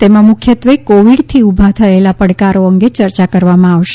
તેમાં મુખ્યત્વે કોવિડથી ઉભા થયેલા પડકારો અંગે ચર્ચા કરવામાં આવશે